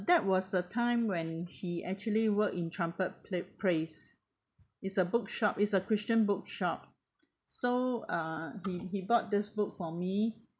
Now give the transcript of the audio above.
that was a time when he actually work in trumpet prai~ praise is a bookshop is a christian bookshop so uh he he bought this book for me